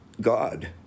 God